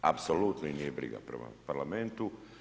Apsolutno ih nije briga prema parlamentu.